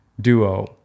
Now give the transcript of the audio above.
duo